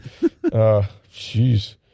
Jeez